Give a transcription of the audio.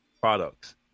products